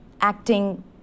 acting